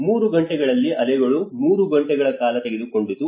3 ಗಂಟೆಗಳಲ್ಲಿ ಅಲೆಗಳು 3 ಗಂಟೆಗಳ 180 ನಿಮಿಷಗಳು ಕಾಲ ತೆಗೆದುಕೊಂಡಿತು